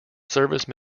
service